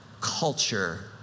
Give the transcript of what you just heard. culture